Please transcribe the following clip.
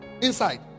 Inside